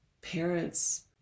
parents